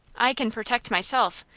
i can protect myself,